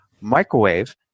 microwave